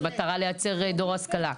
זה במטרה לייצר דור השכלה.